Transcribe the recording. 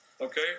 Okay